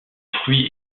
fruit